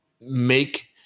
make